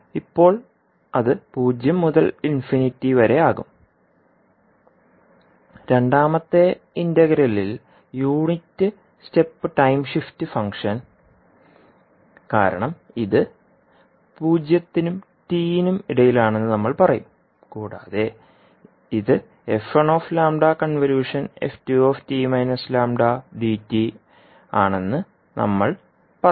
അതിനാൽ ഇപ്പോൾ അത് 0 മുതൽ ഇൻഫിനിറ്റി വരെ ആകും രണ്ടാമത്തെ ഇന്റഗ്രലിൽ unit step time shift function കാരണം ഇത് പൂജ്യത്തിനും ടി നും ഇടയിലാണെന്ന് നമ്മൾ പറയും കൂടാതെ ഇത് f1 f2dt ആണെന്ന് നമ്മൾ പറയും